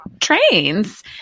trains